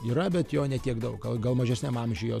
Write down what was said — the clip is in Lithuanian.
yra bet jo ne tiek daug gal gal mažesniam amžiuj jo